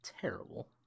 terrible